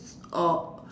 or